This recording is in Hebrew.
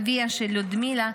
אביה של לודמילה,